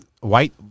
white